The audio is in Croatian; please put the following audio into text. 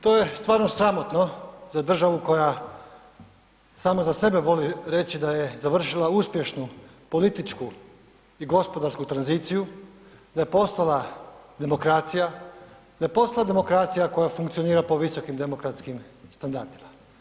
To je stvarno sramotno za državu koja samo za sebe voli reć da je završila uspješnu političku i gospodarsku tranziciju i da je postala demokracija, da je postala demokracija koja funkcionira po visokim demokratskim standardima.